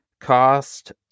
Cost